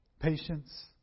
patience